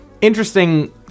Interesting